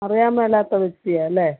അറിയാൻ മേലാത്ത വ്യക്തിയാണ് അല്ലേ